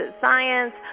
Science